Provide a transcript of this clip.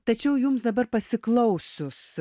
tačiau jums dabar pasiklausius